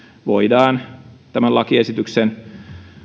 voidaan tämän lakiesityksen